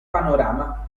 panorama